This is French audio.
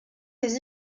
des